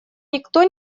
никто